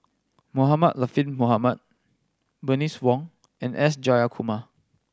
Mohamed Latiff Mohamed Bernice Wong and S Jayakumar